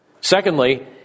Secondly